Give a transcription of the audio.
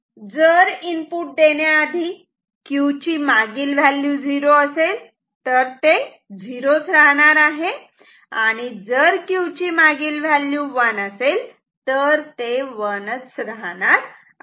जर इनपुट देण्याआधी Q ची मागील व्हॅल्यू 0 असेल तर ते 0 च राहणार आहे आणि जर Q ची मागील व्हॅल्यू 1 असेल तर ते 1 च राहणार आहे